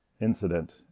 incident